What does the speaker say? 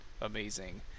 amazing